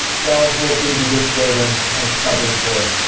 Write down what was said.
charles walked into this building a troubled boy,